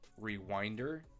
rewinder